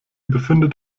befindet